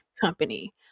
company